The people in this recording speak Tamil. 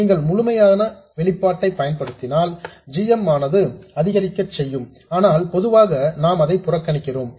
நீங்கள் முழுமையான வெளிப்பாட்டை பயன்படுத்தினால் g m ஆனது அதிகரிக்கச் செய்யும் ஆனால் பொதுவாக நாம் அதை புறக்கணிக்கிறோம்